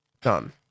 Done